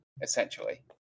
essentially